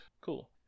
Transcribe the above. Cool